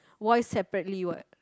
voice separately what